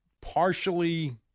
partially